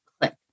click